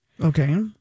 Okay